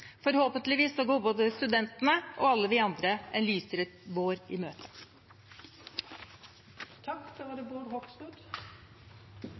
Forhåpentligvis går både studentene og alle vi andre en lysere vår i